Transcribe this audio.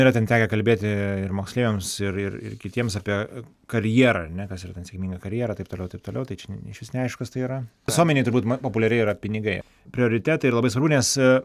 yra ten tekę kalbėti ir moksleiviams ir ir ir kitiems apie karjerą ar ne kas yra ten sėkminga karjera taip toliau taip toliau tai čia išvis neaiškus tai yra visuomenei turbūt ma populiari yra pinigai prioritetai yra labai svarbu nes